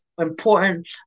important